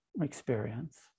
experience